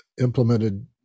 implemented